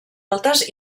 altes